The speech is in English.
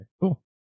Cool